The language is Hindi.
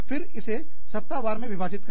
फिर इसे सप्ताह वार में विभाजित कर दे